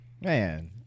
Man